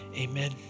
Amen